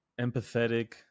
empathetic